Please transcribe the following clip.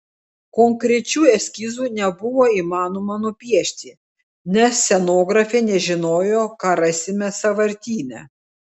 konkrečių eskizų nebuvo įmanoma nupiešti nes scenografė nežinojo ką rasime sąvartyne